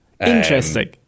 Interesting